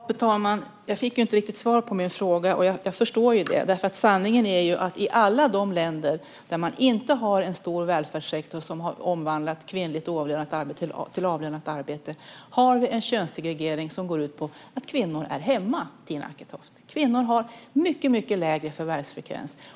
Fru talman! Jag fick inte riktigt svar på min fråga, och jag förstår det. Sanningen är ju att i alla de länder där man inte har en stor välfärdssektor som har omvandlat kvinnligt oavlönat arbete till avlönat arbete har man en könssegregering som går ut på att kvinnor är hemma, Tina Acketoft. Kvinnor har en mycket lägre förvärvsfrekvens.